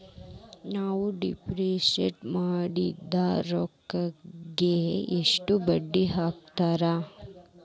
ನಾವು ಡಿಪಾಸಿಟ್ ಮಾಡಿದ ರೊಕ್ಕಿಗೆ ಎಷ್ಟು ಬಡ್ಡಿ ಹಾಕ್ತಾರಾ?